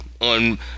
on